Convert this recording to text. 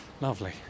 Lovely